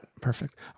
Perfect